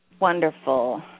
Wonderful